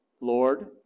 Lord